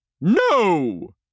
No